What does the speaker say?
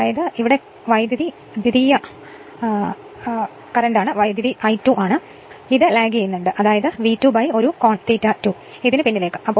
അതിനാൽ ഇത് നിലവിലെ ദ്വിതീയ കറന്റ് I2 ആണ് ഇത് V2 ഒരു ആംഗിൾ ∅2 ൽ നിന്ന് പിന്നിലാണ്